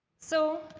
so